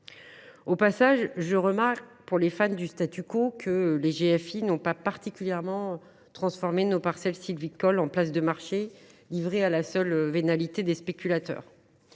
le dis à l’attention des fans du – que les GFI n’ont pas particulièrement transformé nos parcelles sylvicoles en des places de marché livrées à la seule vénalité des spéculateurs.